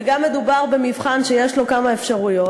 וגם מדובר במבחן שיש לו כמה אפשרויות,